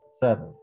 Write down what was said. Seven